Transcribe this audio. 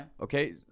okay